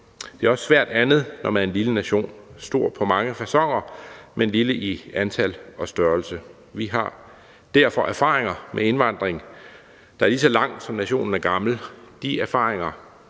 Det er også svært andet, når man er en lille nation – godt nok stor på mange faconer, men lille i antal og størrelse. Vi har derfor en erfaring med indvandring, der er lige så lang, som nationen er gammel. De erfaringer